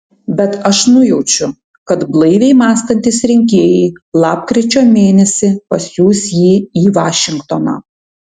bet aš nujaučiu kad blaiviai mąstantys rinkėjai lapkričio mėnesį pasiųs jį į vašingtoną